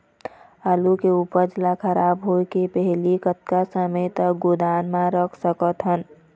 आलू के उपज ला खराब होय के पहली कतका समय तक गोदाम म रख सकत हन?